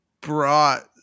brought